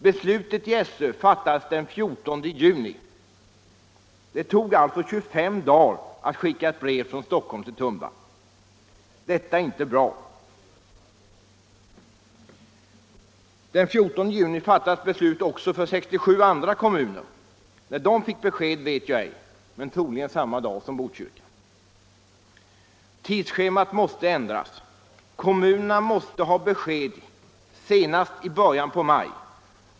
Beslutet i SÖ fattades den 14 juni. Det tog alltså 25 dagar att skicka ett brev från Stockholm till Tumba. Detta är inte bra. Den 147juni fattades beslut också för 67 andra kommuner. När de fick besked vet jag ej, men troligen fick de det samma dag som Botkyrka. Tidsschemat måsta ändras. Kommunerna måste ha besked senast i början av maj.